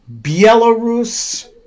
Belarus